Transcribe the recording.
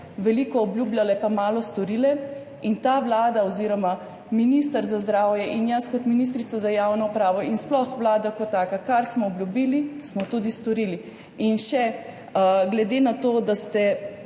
veliko obljubljale pa malo storile. In ta vlada oziroma minister za zdravje in jaz kot ministrica za javno upravo in sploh vlada kot taka, kar smo obljubili, smo tudi storili. Še glede na to, da ste